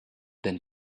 then